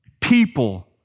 People